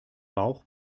bauch